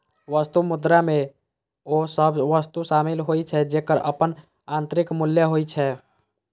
वस्तु मुद्रा मे ओ सभ वस्तु शामिल होइ छै, जेकर अपन आंतरिक मूल्य होइ छै